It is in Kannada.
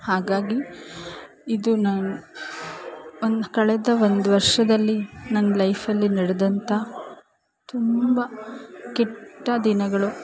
ಹಾಗಾಗಿ ಇದು ನನ್ನ ಒಂದು ಕಳೆದ ಒಂದು ವರ್ಷದಲ್ಲಿ ನನ್ನ ಲೈಫಲ್ಲಿ ನಡೆದಂಥ ತುಂಬ ಕೆಟ್ಟ ದಿನಗಳು